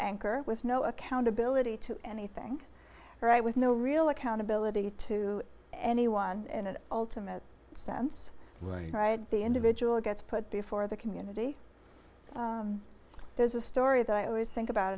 anchor with no accountability to anything right with no real accountability to anyone in an ultimate sense right the individual gets put before the community there's a story that i always think about